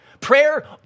Prayer